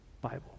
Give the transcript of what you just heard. Bible